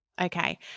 Okay